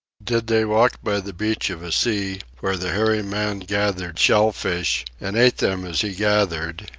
did they walk by the beach of a sea, where the hairy man gathered shellfish and ate them as he gathered,